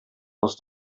aus